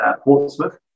Portsmouth